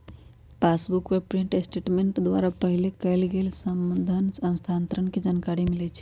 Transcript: passbook पर print statement द्वारा पहिले कएल गेल सभ धन स्थानान्तरण के जानकारी मिलइ छइ